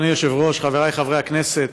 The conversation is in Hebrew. אדוני היושב-ראש, חבריי חברי הכנסת,